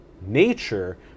nature